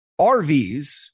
RVs